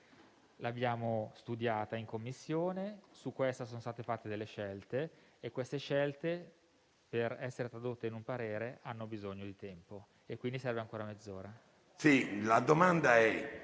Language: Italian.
l'abbiamo studiata in Commissione, su questa sono state fatte delle scelte e queste scelte, per essere tradotte in un parere, hanno bisogno di tempo. Quindi, serve ancora mezz'ora.